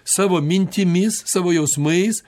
savo mintimis savo jausmais